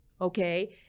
Okay